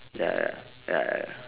ya ya ya ya ya